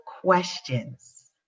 questions